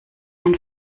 man